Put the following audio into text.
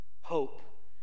hope